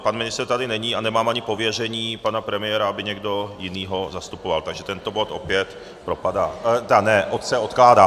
Pan ministr tady není a nemám ani pověření pana premiéra, aby ho někdo jiný zastupoval, takže tento bod opět propadá ne, odkládá se.